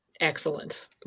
excellent